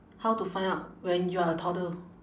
how to find out when you are a toddler